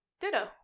Ditto